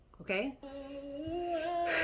okay